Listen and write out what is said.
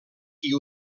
qui